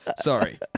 Sorry